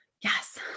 Yes